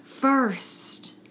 first